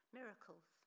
miracles